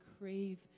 crave